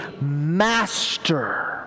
Master